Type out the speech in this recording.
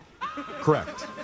Correct